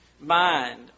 mind